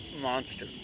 monster